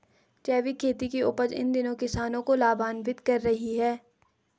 जैविक खेती की उपज इन दिनों किसानों को लाभान्वित कर रही है